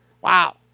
Wow